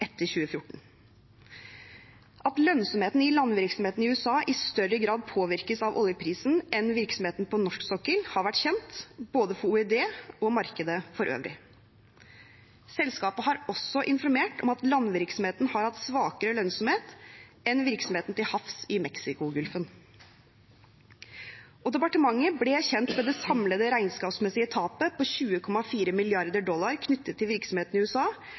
etter 2014. At lønnsomheten i landvirksomheten i USA i større grad påvirkes av oljeprisen enn virksomheten på norsk sokkel, har vært kjent både for OED og for markedet for øvrig. Selskapet har også informert om at landvirksomheten har hatt svakere lønnsomhet enn virksomheten til havs i Mexicogolfen. Departementet ble kjent med det samlede regnskapsmessige tapet på 20,4 mrd. dollar knyttet til virksomheten i USA